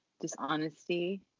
dishonesty